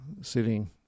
sitting